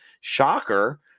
Shocker